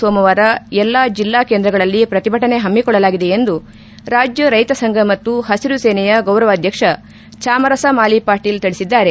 ಸೋಮವಾರ ಎಲ್ಲಾ ಜಿಲ್ಲಾ ಕೇಂದ್ರಗಳಲ್ಲಿ ಪ್ರತಿಭಟನೆ ಹಮ್ನಿಕೊಳ್ಳಲಾಗಿದೆ ಎಂದು ರಾಜ್ಜ ರೈತ ಸಂಘ ಮತ್ತು ಹಸಿರು ಸೇನೆಯ ಗೌರವಾಧ್ಯಕ್ಷ ಚಾಮರಸಾ ಮಾಲಿಪಾಟೀಲ್ ತಿಳಿಸಿದ್ದಾರೆ